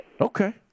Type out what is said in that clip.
Okay